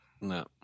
no